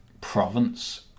province